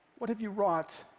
what have you wrought?